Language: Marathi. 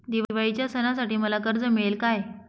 दिवाळीच्या सणासाठी मला कर्ज मिळेल काय?